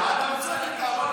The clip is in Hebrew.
אני לא מבין את זה.